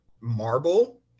marble